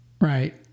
Right